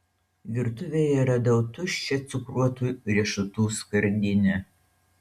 virtuvėje radau tuščią cukruotų riešutų skardinę